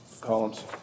columns